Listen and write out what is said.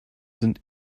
sind